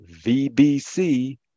VBC